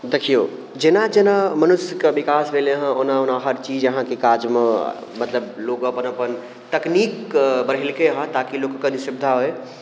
देखिऔ जेना जेना मनुष्यके विकास भेलै हँ ओना ओना हर चीज अहाँके काजमे मतलब लोक अपन अपन तकनीकके बढ़ेलकै हँ ताकि लोकके कनी सुविधा होइ